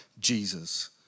Jesus